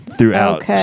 throughout